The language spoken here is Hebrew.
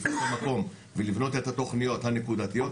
למקום ולבנות את התכניות הנקודתיות,